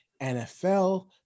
NFL